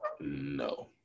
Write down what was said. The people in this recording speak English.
No